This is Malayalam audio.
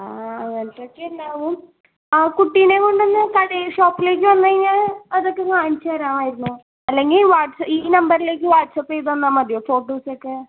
ആ അങ്ങനത്തെ ഒക്കെ ഉണ്ടാവും ആ കുട്ടീനെ കൊണ്ടുവന്ന് കടയിൽ ഷോപ്പിലേക്ക് വന്നുകഴിഞ്ഞാൽ അതൊക്കെ കാണിച്ച് തരാമായിരുന്നു അല്ലെങ്കിൽ വാട്സ് ഈ നമ്പറിലേക്ക് വാട്സപ്പ് ചെയ്ത് തന്നാൽ മതിയോ ഫോട്ടോസ് ഒക്കെ